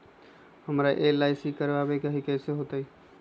हमरा एल.आई.सी करवावे के हई कैसे होतई?